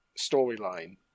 storyline